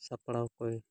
ᱥᱟᱯᱲᱟᱣ ᱠᱚᱭ